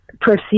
proceed